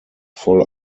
voll